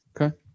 Okay